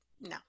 no